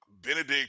Benedict